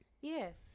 Yes